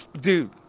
Dude